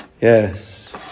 yes